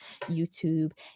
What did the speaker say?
YouTube